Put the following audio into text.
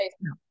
no